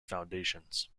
foundations